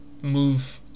move